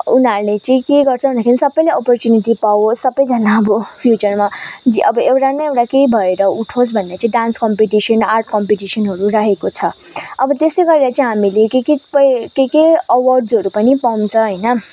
उनीहरूले चाहिँ के गर्छ भन्दाखेरि सबैले अपरच्युनिटी पावोस् सबैजना अब फ्युचरमा जे एउटा न एउटा केही भएर उठोस् भनेर चाहिँ डान्स कम्पिटिसन् आर्ट कम्पिटिसनहरू राखेको छ अब त्यस्तै गरेर चाहिँ हामीले के के कै के के अवार्डसहरू पनि पाउँछ होइन